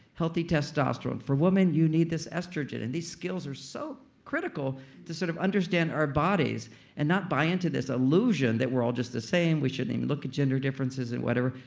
healthy testosterone. for women, you need this estrogen. and these skills are so critical to sort of understand our bodies and not buy in to this illusion that we're all just the same. we shouldn't even look at gender differences and whatever.